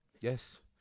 Yes